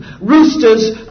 Roosters